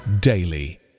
daily